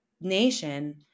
nation